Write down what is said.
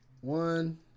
one